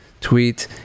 tweet